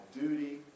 duty